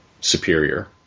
superior